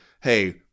hey